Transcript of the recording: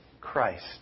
Christ